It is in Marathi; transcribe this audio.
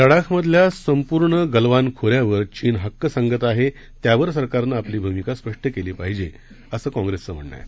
लडाखमधल्या संपूर्ण गलवान खोऱ्यावर चीन हक्क सांगत आहे त्यावर सरकारनं आपली भूमिका स्पष्ट केली पाहिजे असं काँग्रेसचं म्हणणं आहे